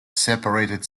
separated